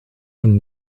und